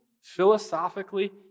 philosophically